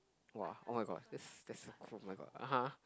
!wah! oh-my-god that's that's oh-my-god (uh huh)